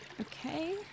Okay